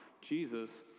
Jesus